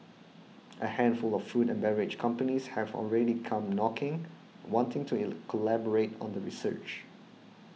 a handful of food and beverage companies have already come knocking wanting to collaborate on the research